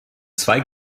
zwei